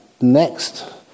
next